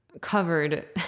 covered